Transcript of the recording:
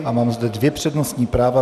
Mám zde dvě přednostní práva.